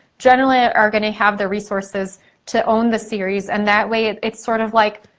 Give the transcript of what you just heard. generally are gonna have the resources to own the series and that way it's sort of like,